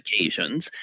occasions